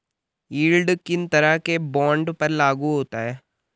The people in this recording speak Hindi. यील्ड किन तरह के बॉन्ड पर लागू होता है?